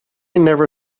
never